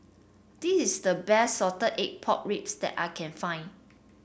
this is the best Salted Egg Pork Ribs that I can find